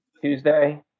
tuesday